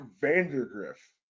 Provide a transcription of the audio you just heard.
Vandergriff